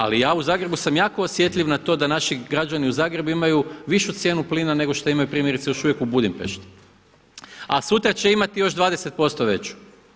Ali ja u Zagrebu sam jako osjetljiv na to da naši građani u Zagrebu imaju višu cijenu plina nego što imaju primjerice još uvijek u Budimpešti, a sutra će imati još 20% veću.